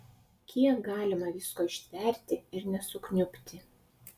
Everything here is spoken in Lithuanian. kiek galima visko ištverti ir nesukniubti